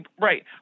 Right